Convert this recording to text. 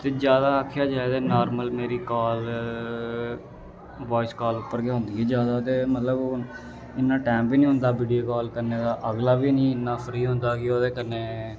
ते जादा आक्खेआ जाए ते नार्मल मेरी कॉल वायस काल उप्पर गै होंदी ऐ जादा ते मतलब ओह हून इन्ना टैम बी निं होंदा वीडियो कॉल करने दा अगला बी निं इन्ना फ्री होंदा कि ओह्दे कन्नै